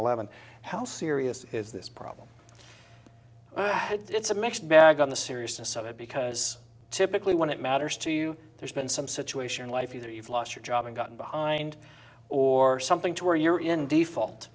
eleven how serious is this problem it's a mixed bag on the seriousness of it because typically when it matters to you there's been some situation in life you've lost your job and gotten behind or something to where you're in default